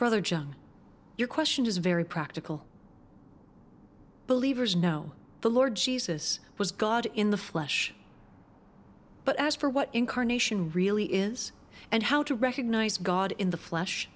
brother john your question is very practical believers know the lord jesus was god in the flesh but as for what incarnation really is and how to recognize god in the flesh